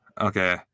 Okay